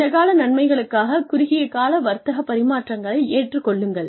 நீண்ட கால நன்மைகளுக்காக குறுகிய கால வர்த்தக பரிமாற்றங்களை ஏற்றுக்கொள்ளுங்கள்